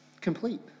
complete